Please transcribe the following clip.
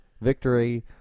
Victory